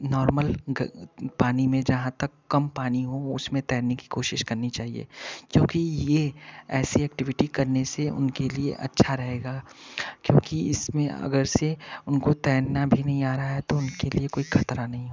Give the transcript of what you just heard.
normal पानी में जहाँ तक कम पानी हो उसमें तैरने की कोशिश करनी चाहिए क्योंकि ये ऐसे एक्टिविटी करने से उनके लिए अच्छा रहेगा क्योंकि इसमें अगर जैसे उनको तैरना भी नहीं आ रहा है तो उनके लिए कोई खतरा नहीं होगा